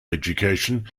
education